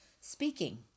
speaking